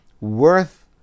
worth